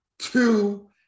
Two